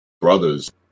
brothers